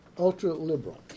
ultra-liberal